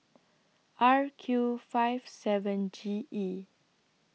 R Q five seven G E